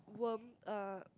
worm uh